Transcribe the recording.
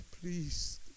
please